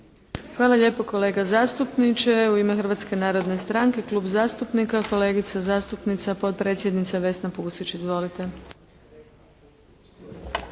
Hvala lijepa kolega zastupniče. U ime Hrvatske narodne stranke Klub zastupnika kolegica zastupnica potpredsjednica Vesna Pusić. Izvolite.